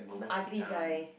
an ugly guy